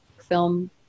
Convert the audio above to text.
film